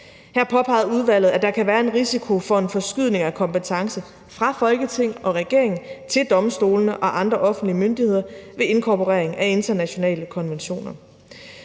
Her påpegede udvalget, at der kan være en risiko for en forskydning af kompetence fra Folketing og regering til domstolene og andre offentlige myndigheder ved inkorporering af internationale konventioner.